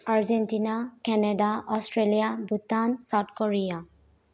Argentina Canada Australia Bhutan South Korea